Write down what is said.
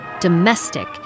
Domestic